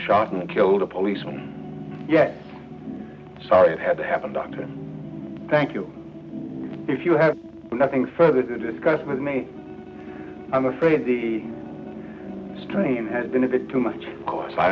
shot and killed a policeman yet sorry it had to happen dr thank you if you have nothing further to discuss with me i'm afraid the strain had been a bit too much